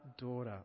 daughter